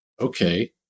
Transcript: okay